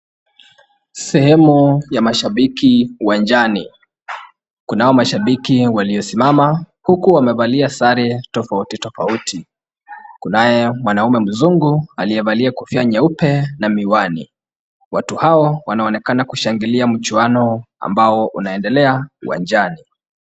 Sehemu ya mashabiki uwanjani. Kunao mashabiki waliosimama huku wamevalia sare tofauti tofauti ,kunaye mwanaume mzungu aliyevalia kofia nyeupe na miwani, watu hao wanaonekana kushangilia mchuano ambao unaendelea uwanjani.